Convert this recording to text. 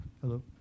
Hello